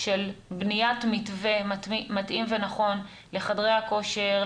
של בניית מתווה מתאים ונכון לחדרי הכושר,